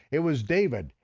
it was david,